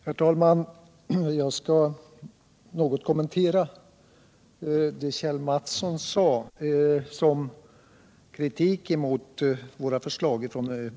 Herr talman! Jag skall något kommentera Kjell Mattssons kritik mot vpk:s förslag.